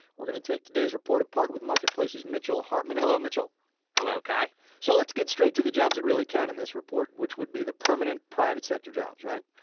we're going to take today's report apart with marketplace's mitchell hartman. hello, mitchell hello, kai so let's get straight to the jobs that count on this report, which would be the permanent, private-sector jobs, right?